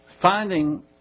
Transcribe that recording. finding